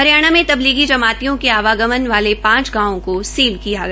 हरियाणा को तबलीगी जमातियों के आवागमन वाले पांच गांवों को सील किया गया